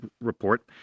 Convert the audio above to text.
report